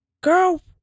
Girl